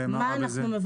מה רע בזה?